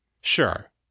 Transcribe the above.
Sure